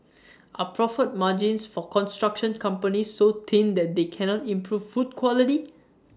are profit margins for construction companies so thin that they cannot improve food quality